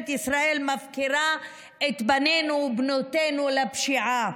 ישראל מפקירה את בנינו ובנותינו לפשיעה.